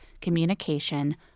communication